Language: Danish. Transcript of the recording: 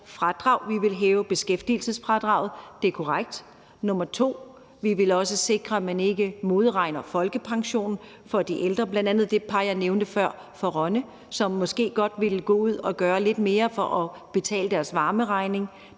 Vi ville hæve beskæftigelsesfradraget – det er korrekt. Det andet var, at vi også ville sikre, at man ikke modregner folkepensionen for de ældre. Her nævnte jeg bl.a. det par fra Rønne, som måske godt ville gå ud og gøre lidt mere for at kunne betale deres varmeregning.